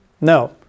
No